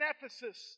Ephesus